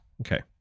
Okay